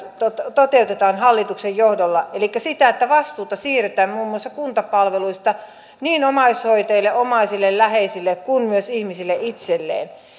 toteutetaan hallituksen johdolla elikkä siitä että vastuuta siirretään muun muassa kuntapalveluista niin omaishoitajille omaisille läheisille kuin myös ihmisille itselleen